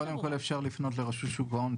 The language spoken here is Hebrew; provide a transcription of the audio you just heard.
קודם כל אפשר לפנות לרשות שוק ההון.